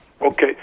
Okay